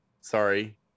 Sorry